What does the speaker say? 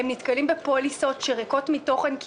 הם נתקלים בפוליסות שהן ריקות מתוכן כי